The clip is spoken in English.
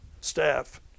staff